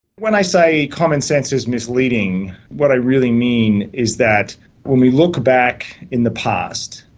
when i say common sense is misleading, what i really mean is that when we look back in the past,